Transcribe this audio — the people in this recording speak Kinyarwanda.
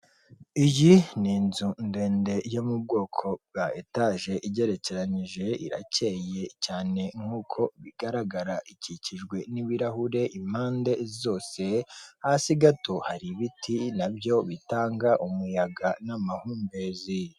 Iyi ni inzu ndende yo mu bwoko bwa etage igerekeranyije, iracyeye cyane nkuko bigaragara ikikijwe n'ibirahure impande zose, hasi gato hari ibiti nabyo bitanga umuyaga n'amahumbezi.